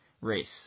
race